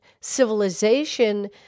civilization